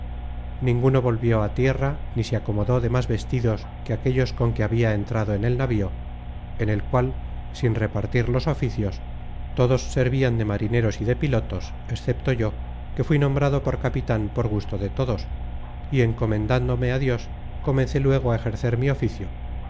ninguno volvió a tierra ni se acomodó de más vestidos de aquellos con que habia en content from google book search generated at trado en el navío en el cual sin repartir los oficios todos servian de marineros y de pilotos excepto yo que fui nombrado por capitan por gusto de todos y encomendándome á dios comencé luego á ejercer mi oficio